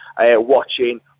watching